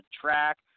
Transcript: track